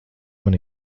man